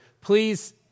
Please